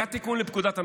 היה תיקון לפקודת המשטרה.